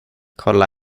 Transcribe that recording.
kolla